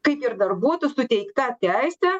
kaip ir darbuotoj suteikta teisė